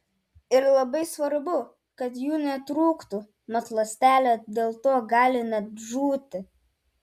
ir labai svarbu kad jų netrūktų mat ląstelė dėl to gali net žūti